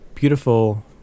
beautiful